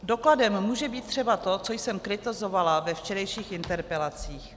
Dokladem může být třeba to, co jsem kritizovala ve včerejších interpelacích.